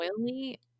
oily